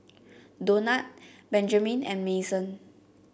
Donat Benjamin and Mason